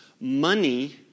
Money